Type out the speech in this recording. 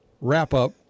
wrap-up